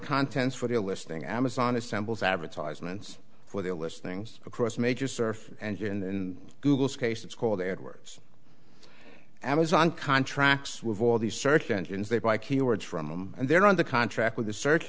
contents for the listing amazon assembles advertisements for their listings across major surf and google's case it's called edwards amazon contracts with all these search engines they buy keywords from them and they're on the contract with the search